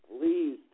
please